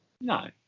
No